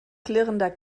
klirrender